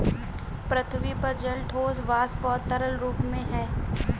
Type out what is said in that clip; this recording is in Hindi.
पृथ्वी पर जल ठोस, वाष्प और तरल रूप में है